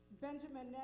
Benjamin